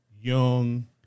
young